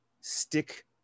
stick